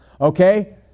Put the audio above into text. Okay